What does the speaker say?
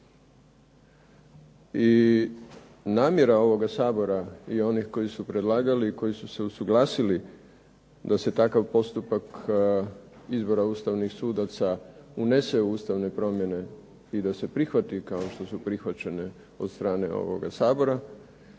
I namjera ovoga Sabora i onih koji su predlagali i koji su se usuglasili da se takav postupak izbora ustavnih sudaca unese u ustavne promjene i da se prihvati kao što su prihvaćene od strane ovoga Sabora,